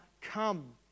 come